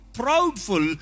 proudful